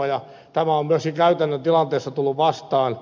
tämä on myöskin käytännön tilanteessa tullut vastaan